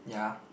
yeah